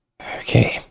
Okay